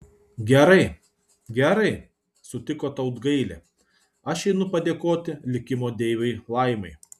gerai gerai sutiko tautgailė aš einu padėkoti likimo deivei laimai